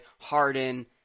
Harden